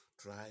try